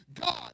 God